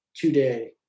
today